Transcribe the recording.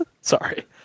Sorry